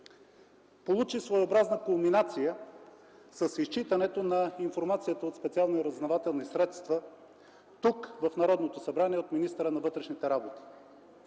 получи своеобразна кулминация с изчитането на информацията от специални разузнавателни средства тук, в Народното събрание, от министъра на вътрешните работи.